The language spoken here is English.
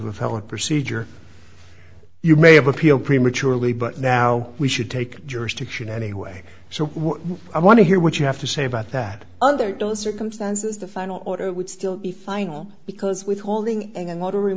felon procedure you may have appeal prematurely but now we should take jurisdiction anyway so what i want to hear what you have to say about that under those circumstances the final order would still be final because withholding and